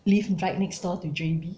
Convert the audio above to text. live right next door to J_B